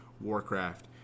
Warcraft